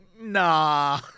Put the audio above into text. nah